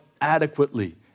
adequately